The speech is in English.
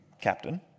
captain